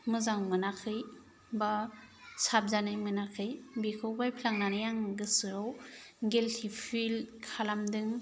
मोजां मोनाखै बा साबजानाय मोनाखै बेखौ बायफ्लानानै आं गोसोआव गिलथि फिल खालामदों